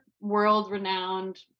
world-renowned